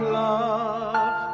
love